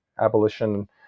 abolition